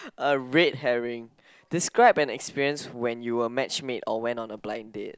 a red herring describe an experience when you were match made or went on a blind date